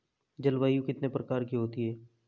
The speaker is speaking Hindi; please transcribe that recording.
जलवायु कितने प्रकार की होती हैं?